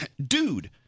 Dude